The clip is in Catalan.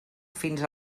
fins